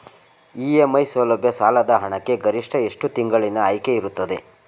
EMI ಸೌಲಭ್ಯ ಸಾಲದ ಹಣಕ್ಕೆ ಗರಿಷ್ಠ ಎಷ್ಟು ತಿಂಗಳಿನ ಆಯ್ಕೆ ಇರುತ್ತದೆ?